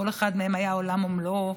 כל אחד מהם היה עולם ומלואו.